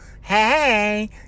Hey